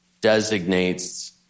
designates